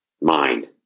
mind